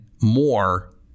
more